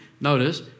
notice